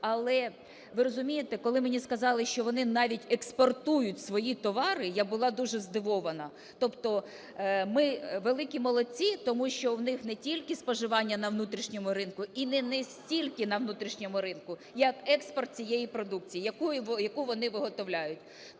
але, ви розумієте, коли мені сказали, що вони навіть експортують свої товари, я була дуже здивована. Тобто ми – великі молодці, тому що в них не тільки споживання на внутрішньому ринку і не стільки на внутрішньому ринку, як експорт цієї продукції, яку вони виготовляють.